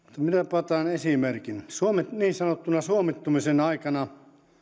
otan esimerkin niin sanottuna suomettumisen aikana